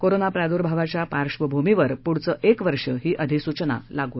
corona प्रादुर्भावाच्या पार्श्वभूमीवर पुढचं एक वर्ष ही अधिसूचना लागू असणार आहे